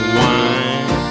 wine